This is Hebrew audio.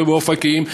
ובאופקים,